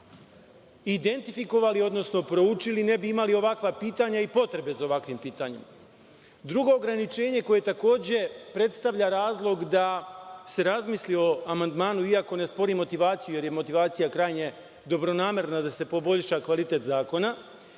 identifikovali, odnosno proučili, ne bi imali ovakva pitanja i potrebe za ovakvim pitanjima. Drugo ograničenje koje takođe predstavlja razlog da se razmisli o amandmanu, iako ne sporim motivaciju, jer je motivacija krajnje dobronamerna, da se poboljša kvalitet zakona,